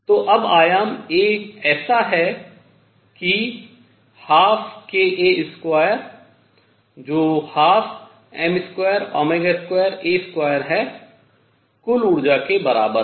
तो अब आयाम A ऐसा है कि 12kA2 जो 12m22A2 है कुल ऊर्जा के बराबर है